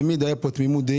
תמיד הייתה פה תמימות-דעים,